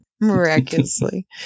Miraculously